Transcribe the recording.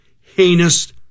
heinous